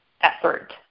effort